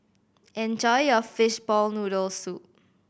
enjoy your fishball noodle soup